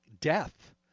death